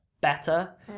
better